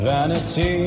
Vanity